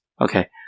Okay